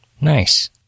nice